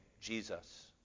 Jesus